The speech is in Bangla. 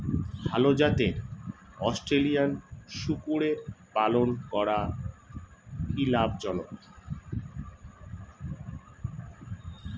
ভাল জাতের অস্ট্রেলিয়ান শূকরের পালন করা কী লাভ জনক?